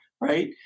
right